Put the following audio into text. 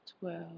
twelve